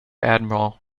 admiral